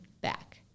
back